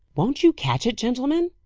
won't you catch it, gentlemen!